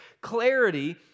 clarity